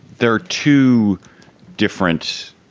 there are two different